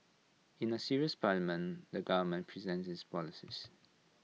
in A serious parliament the government presents its policies